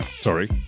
Sorry